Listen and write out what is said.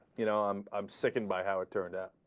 you know um um sickened by our turnout